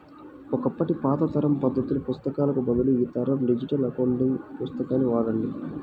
ఒకప్పటి పాత తరం పద్దుల పుస్తకాలకు బదులు ఈ తరం డిజిటల్ అకౌంట్ పుస్తకాన్ని వాడండి